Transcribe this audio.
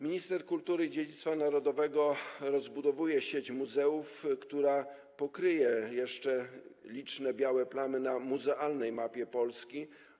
Minister kultury i dziedzictwa narodowego rozbudowuje sieć muzeów, która pokryje jeszcze liczne białe plamy na muzealnej mapie Polski.